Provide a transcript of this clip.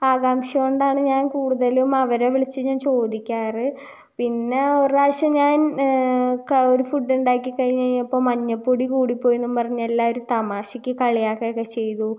ആകാംഷ കൊണ്ടാണ് ഞാൻ കൂടുതലും അവരെ വിളിച്ച് ഞാൻ ചോദിക്കാറുള്ളത് പിന്നെ ഒറാശ്യം ഞാൻ ഒരു ഫുഡ് ഉണ്ടാക്കി കഴിഞ്ഞ് കൈഞ്ഞപ്പം മഞ്ഞപ്പൊടി കൂടിപ്പോയെന്ന് പറഞ്ഞെ് എല്ലാവരും തമാശയ്ക്ക് കളിയാക്കുക ഒക്കെ ചെയ്തൂ